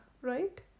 right